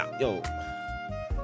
Yo